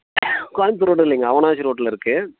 Coimbatore road இல்லைங்க அவிநாசி ரோட்டில் இருக்குது